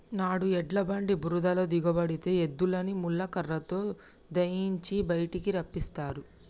నాడు ఎడ్ల బండి బురదలో దిగబడితే ఎద్దులని ముళ్ళ కర్రతో దయియించి బయటికి రప్పిస్తారు